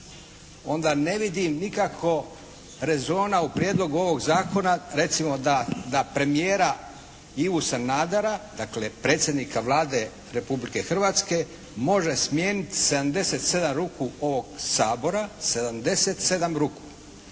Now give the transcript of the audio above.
onda ne vidim nikako rezona u prijedlogu ovog zakona recimo da, da premijera Ivu Sanadera, dakle predsjednika Vlade Republike Hrvatske može smijeniti 77 ruku ovog Sabora, 77 ruku,